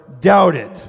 doubted